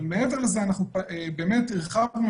אבל מעבר לזה באמת הרחבנו,